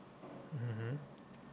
mmhmm